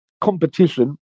competition